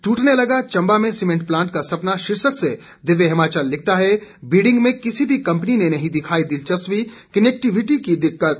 टूटने लगा चंबा में सीमेंट प्लांट का सपना शीर्षक से दिव्य हिमाचल लिखता है बिडिंग में किसी भी कंपनी ने नहीं दिखाई दिलचस्वी कनेक्टिविटी की दिक्कत